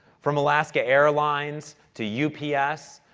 from alaska airlines to u. p. s.